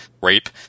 rape